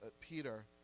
Peter